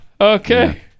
Okay